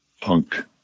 punk